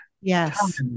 Yes